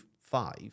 five